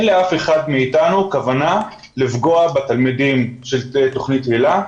לאף אחד מאיתנו כוונה לפגוע בתלמידים של תוכנית היל"ה.